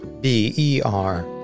B-E-R